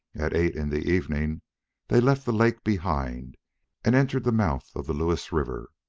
at eight in the evening they left the lake behind and entered the mouth of the lewes river.